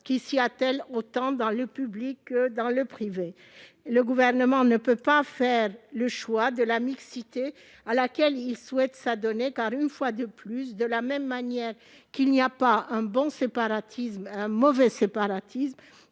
ou ailleurs, et autant dans le public que dans le privé. Le Gouvernement ne peut pas faire le choix de la mixité à laquelle il souhaite s'adonner, car une fois de plus, de la même manière qu'il n'y a pas un bon séparatisme et un mauvais séparatisme,